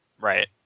Right